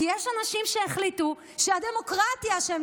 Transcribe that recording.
כי יש אנשים שהחליטו שהדמוקרטיה שהם